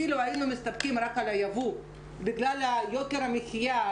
אילו היינו מסתפקים רק על היבוא בגלל יוקר המחיה,